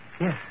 Yes